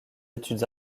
études